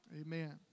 Amen